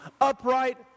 upright